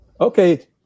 Okay